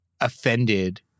offended